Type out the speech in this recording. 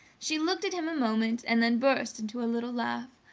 she looked at him a moment and then burst into a little laugh.